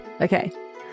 Okay